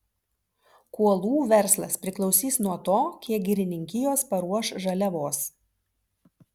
kuolų verslas priklausys nuo to kiek girininkijos paruoš žaliavos